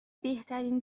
بهترین